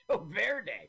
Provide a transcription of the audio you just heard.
Verde